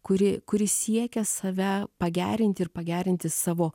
kuri kuri siekia save pagerinti ir pagerinti savo